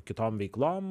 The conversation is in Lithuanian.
kitom veiklom